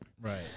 Right